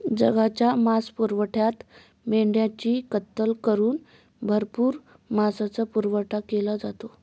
जगाच्या मांसपुरवठ्यात मेंढ्यांची कत्तल करून भरपूर मांसाचा पुरवठा केला जातो